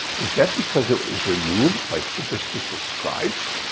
is that because it was removed by superstitious scribes?